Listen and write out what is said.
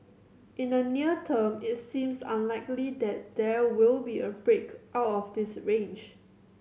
in the near term it seems unlikely that there will be a break out of this range